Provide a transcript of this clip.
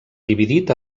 dividit